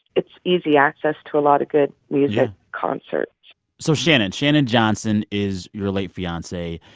it's easy access to a lot of good music concerts so shannon shannon johnson is your late fiance.